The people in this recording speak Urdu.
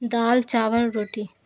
دال چاول روٹی